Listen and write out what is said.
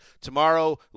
Tomorrow